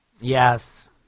Yes